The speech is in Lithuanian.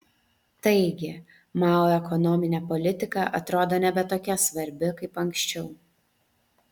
taigi mao ekonominė politika atrodo nebe tokia svarbi kaip anksčiau